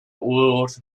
rules